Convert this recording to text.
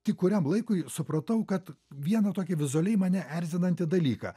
tik kuriam laikui supratau kad vieną tokį vizualiai mane erzinantį dalyką